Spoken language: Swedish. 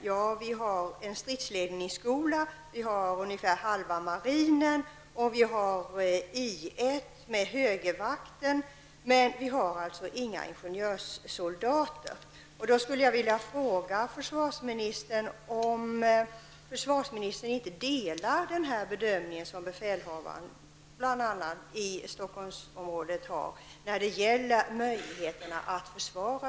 Jo, vi har en stridsledningsskola, ungefär halva marinen och I 1 med högvakten men inga ingenjörssoldater. Jag vill fråga: Delar försvarsministern inte den bedömning som försvarsområdeschefen i Stockholmsområdet har gjort när det gäller möjligheterna att försvara